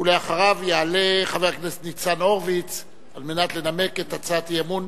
אחריו יעלה חבר הכנסת ניצן הורוביץ על מנת לנמק את הצעת האי-אמון